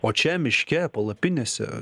o čia miške palapinėse